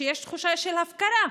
יש תחושה של הפקרה.